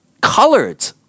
colored